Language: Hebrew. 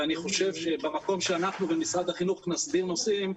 ואני חושב שבמקום שאנחנו במשרד החינוך נסדיר נושאים,